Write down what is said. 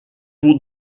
pour